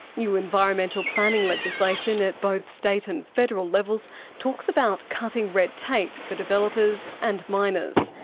new environmental planning legislation at both state and federal levels talks about cutting red tape for developers and miners.